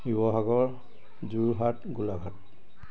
Sivasagar Jorhat Golaghat